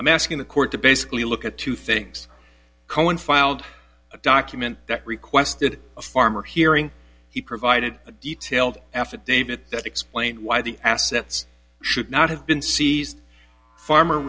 i'm asking the court to basically look at two things cohen filed a document that requested a farmer hearing he provided a detailed affidavit that explained why the assets should not have been seized farmer